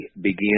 begin